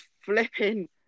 flipping